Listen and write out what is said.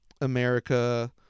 America